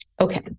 Okay